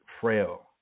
frail